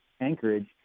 anchorage